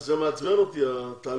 זה מעצבן אותי התהליך הזה.